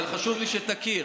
אבל חשוב לי שתכיר